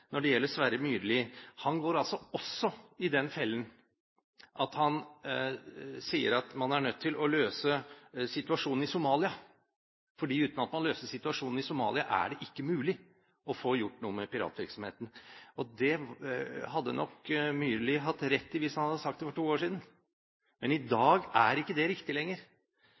når det gjelder Sverre Myrli: Han går altså også i den fellen at han sier at man er nødt til å løse situasjonen i Somalia, fordi uten at man løser situasjonen i Somalia, er det ikke mulig å få gjort noe med piratvirksomheten. Det hadde nok Myrli hatt rett i hvis han hadde sagt det for to år siden, men i dag er ikke det riktig lenger.